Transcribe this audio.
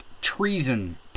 treason